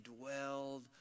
dwelled